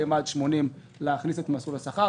באזור 40 80 קילומטר להכניס את מסלול השכר.